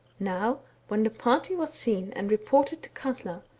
now when the party was seen and reported to katla,